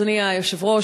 אדוני היושב-ראש,